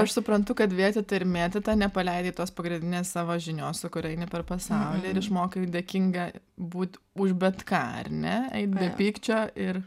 aš suprantu kad vėtyta ir mėtyta nepaleidai tos pagrindinės savo žinios su kuria eini per pasaulį ir išmokai dėkinga būt už bet ką ar ne eit be pykčio ir